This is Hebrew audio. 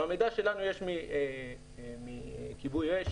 למידע שלנו יש מכיבוי אש